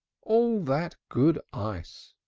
all that good ice!